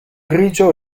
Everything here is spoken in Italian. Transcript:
grigio